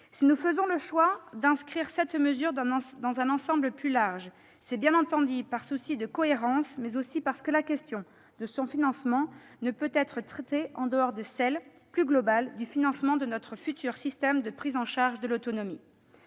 Si nous faisons le choix d'inscrire cette mesure dans un ensemble plus large, c'est bien entendu par souci de cohérence, mais aussi parce que la question de son financement ne peut être traitée en dehors de celle, plus globale, du financement de notre futur système de prise en charge de l'autonomie.